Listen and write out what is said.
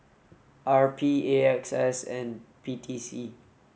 R P A X S and P T C